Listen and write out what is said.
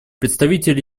представитель